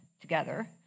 together